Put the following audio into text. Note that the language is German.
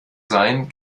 sein